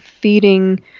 feeding